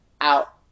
out